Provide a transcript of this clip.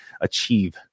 achieve